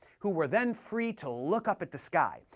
who were then free to look up at the sky,